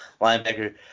Linebacker